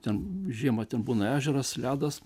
ten žiemą ten būna ežeras ledas